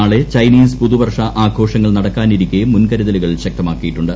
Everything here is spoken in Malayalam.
നാളെ ചൈനീസ് പുതുവർഷ ആഘോഷങ്ങൾ നടക്കാനിരിക്കെ മുൻകരുതലുകൾ ശക്തമാക്കിയിട്ടുണ്ട്